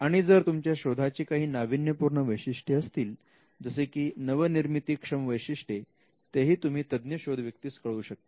आणि जर तुमच्या शोधाचे काही नाविन्यपूर्ण वैशिष्ट्ये असतील जसे की नवनिर्मितीक्षम वैशिष्ट्ये तेही तुम्ही तज्ञ शोध व्यक्तीस कळवू शकता